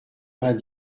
vingt